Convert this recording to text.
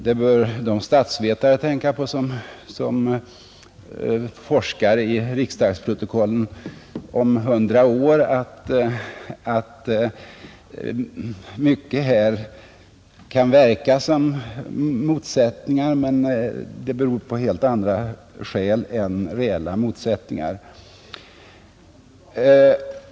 De statsvetare som kommer att forska i riksdagsprotokollen om hundra år bör alltså veta att mycket som här kan verka som motsättningar ibland har en annan grund än reella meningsskiljaktigheter.